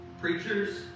Preachers